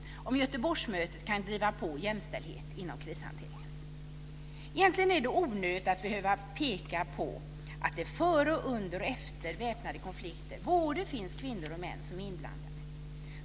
Nu får vi se om Göteborgsmötet kan driva på jämställdheten inom krishanteringen. Egentligen är det onödigt att man ska behöva peka på att det före, under och efter väpnade konflikter finns både kvinnor och män som är inblandade.